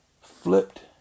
flipped